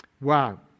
Wow